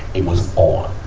it was on.